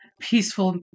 peaceful